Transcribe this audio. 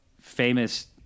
famous